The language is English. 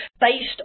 based